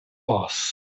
boss